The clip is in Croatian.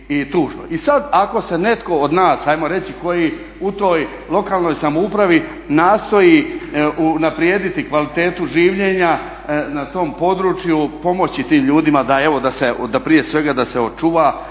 I sad ako se netko od nas ajmo reći koji u toj lokalnoj samoupravi nastoji unaprijediti kvalitetu življenja na tom području, pomoći tim ljudima prije svega da se očuva